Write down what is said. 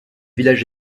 village